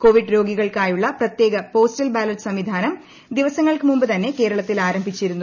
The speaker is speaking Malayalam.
കോവിഡ് രോഗികൾക്കായുള്ള പ്രത്യേക പോസ്റ്റൽ ബാലറ്റ് സംവിധാനം ദിവസങ്ങൾക്ക് മുൻപ് തന്നെ കേരളത്തിൽ ആരംഭിച്ചിരുന്നു